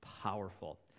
powerful